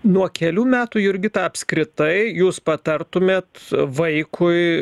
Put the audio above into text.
nuo kelių metų jurgita apskritai jūs patartumėt vaikui